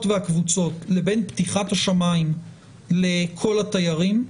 והקבוצות לבין פתיחת השמיים לכל התיירים,